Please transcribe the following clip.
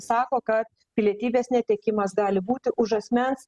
sako kad pilietybės netekimas gali būti už asmens